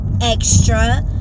extra